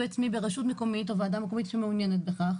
עצמי ברשות מקומית או ועדה מקומית שמעוניינת בכך